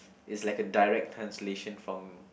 it's like a direct translation from